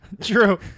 True